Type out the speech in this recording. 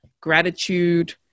gratitude